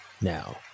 Now